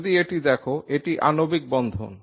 যদি এটি দেখ এটি আণবিক বন্ধন